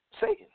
Satan